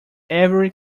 every